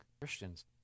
Christians